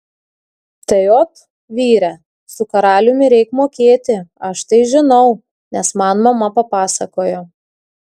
tai ot vyre su karaliumi reik mokėti aš tai žinau nes man mama papasakojo